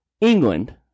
England